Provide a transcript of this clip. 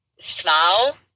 smile